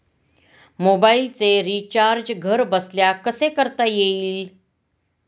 मोबाइलचे रिचार्ज घरबसल्या कसे करता येईल?